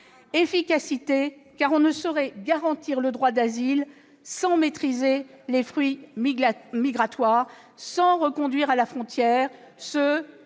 ensuite, car on ne saurait garantir le droit d'asile sans maîtriser les flux migratoires ni reconduire à la frontière ceux